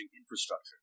infrastructure